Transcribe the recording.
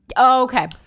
okay